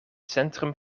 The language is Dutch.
centrum